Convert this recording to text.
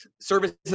services